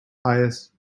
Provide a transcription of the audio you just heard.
pious